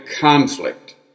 conflict